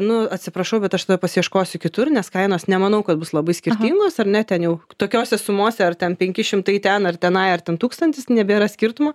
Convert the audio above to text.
nu atsiprašau bet aš tada pasiieškosiu kitur nes kainos nemanau kad bus labai skirtingos ar ne ten jau tokiose sumose ar ten penki šimtai ten ar tenai ar ten tūkstantis nebėra skirtumo